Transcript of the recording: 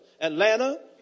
Atlanta